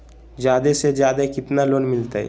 जादे से जादे कितना लोन मिलते?